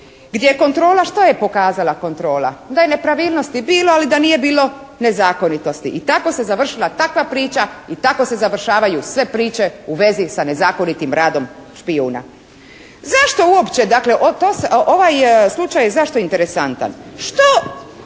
gdje kontrola, što je pokazala kontrola? Da je nepravilnosti bilo, ali da nije bilo nezakonitosti i tako se završila takva priča i tako se završavaju sve priče u vezi sa nezakonitim radom špijuna. Zašto uopće, dakle ovaj slučaj zašto je interesantan?